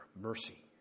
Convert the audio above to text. mercy